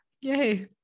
yay